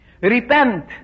Repent